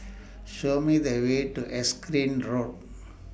Show Me The Way to Erskine Road